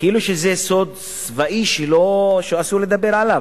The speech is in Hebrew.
כאילו שזה סוד צבאי שאסור לדבר עליו.